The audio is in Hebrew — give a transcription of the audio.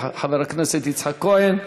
חבר הכנסת יצחק כהן.